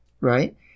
right